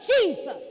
Jesus